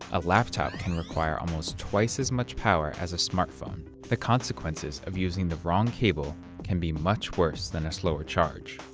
a laptop can require almost twice as much power as a smartphone. the consequences of using the wrong cable can be worse than a slower charge.